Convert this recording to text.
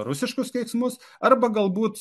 rusiškus keiksmus arba galbūt